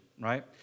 right